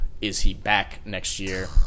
is-he-back-next-year